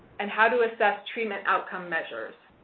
and how to assess treatment outcome measures.